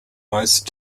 most